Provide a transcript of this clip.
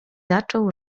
zaczął